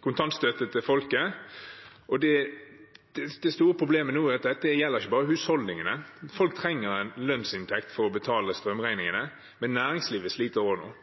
kontantstøtte til folket. Det store problemet nå er at dette ikke bare gjelder husholdningene. Folk trenger en lønnsinntekt for å betale strømregningene, men næringslivet sliter også nå.